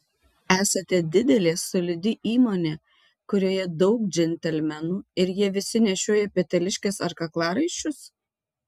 esate didelė solidi įmonė kurioje daug džentelmenų ir jie visi nešioja peteliškes ar kaklaraiščius